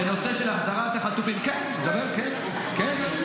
בנושא של החזרת החטופים --- הבכיינים של סמוטריץ'.